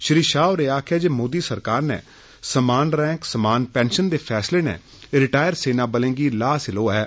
श्री शाह होरें आक्खेआ जे मोदी सरकार नै समान रैंक समान पैंशन दे फैसले ने रिटायर सेना बलें गी लाह् हासिल होआ ऐ